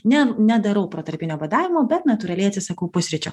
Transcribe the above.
ne nedarau protarpinio badavimo bet natūraliai atsisakau pusryčių